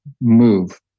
Move